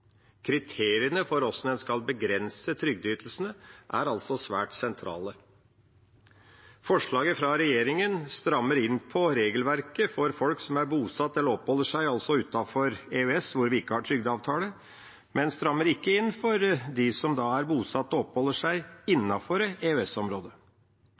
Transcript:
Kriteriene for hvordan en skal begrense trygdeytelsene, er altså svært sentralt. Forslaget fra regjeringa strammer inn på regelverket for folk som er bosatt eller oppholder seg utenfor EØS, hvor vi ikke har trygdeavtale, men strammer ikke inn for dem som er bosatt og oppholder seg